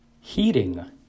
Heating